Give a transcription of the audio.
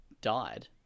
died